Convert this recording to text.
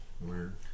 Weird